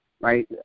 right